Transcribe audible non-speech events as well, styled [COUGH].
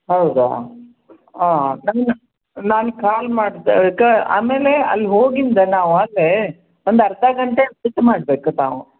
ಹೌದಾ ನಾನ್ ನಾನು ಕಾಲ್ ಮಾಡ್ದಾಗ ಆಮೇಲೆ ಅಲ್ಲಿ ಹೋಗಿದ್ದು ನಾವು [UNINTELLIGIBLE] ಒಂದು ಅರ್ಧ ಗಂಟೆ ವೇಯ್ಟ್ ಮಾಡ್ಬೇಕು ತಾವು